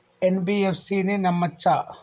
NBFC ని నమ్మచ్చా?